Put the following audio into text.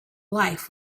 life